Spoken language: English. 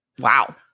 Wow